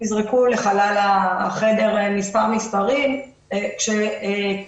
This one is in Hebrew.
נזרקו לחלל החדר מספר מספרים שככלל,